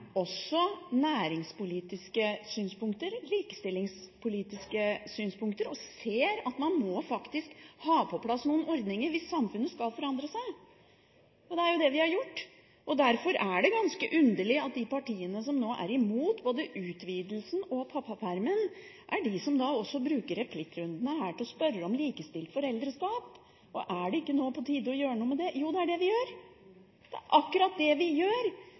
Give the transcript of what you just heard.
næringspolitiske synspunkter og likestillingspolitiske synspunkter, og ser at man faktisk må ha på plass noen ordninger hvis samfunnet skal forandre seg. Det er det vi har gjort. Derfor er det ganske underlig at de partiene som nå er mot både utvidelsen og pappapermen, er de som bruker replikkrundene her til å spørre om likestilt foreldreskap og om det ikke er på tide å gjøre noe med det. Jo, det er det vi gjør, det er akkurat det vi gjør.